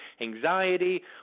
anxiety